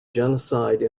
genocide